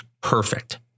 perfect